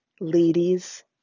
Ladies